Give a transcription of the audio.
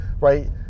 right